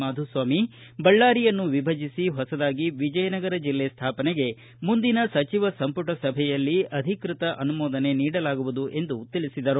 ಮಾಧುಸ್ವಾಮಿ ಬಳ್ದಾರಿಯನ್ನು ವಿಭಜಿಸಿ ಹೊಸದಾಗಿ ವಿಜಯನಗರ ಜಿಲ್ಲೆ ಸ್ನಾಪನೆಗೆ ಮುಂದಿನ ಸಚಿವ ಸಂಪುಟ ಸಭೆಯಲ್ಲಿ ಅಧಿಕೃತ ಅನುಮೋದನೆ ನೀಡಲಾಗುವುದು ಎಂದು ತಿಳಿಸಿದರು